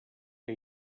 que